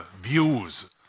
views